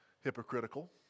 hypocritical